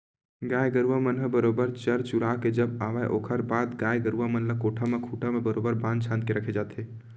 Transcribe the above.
गाय गरुवा मन ह बरोबर चर चुरा के जब आवय ओखर बाद गाय गरुवा मन ल कोठा म खूंटा म बरोबर बांध छांद के रखे जाथे